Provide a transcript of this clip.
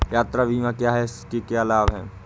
यात्रा बीमा क्या है इसके क्या लाभ हैं?